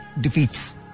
defeats